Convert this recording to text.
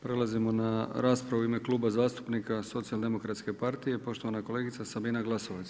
Prelazimo na raspravu u ime Kluba zastupnika Socijaldemokratske partije poštovana kolegica Sabina Glasovac.